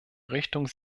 richtung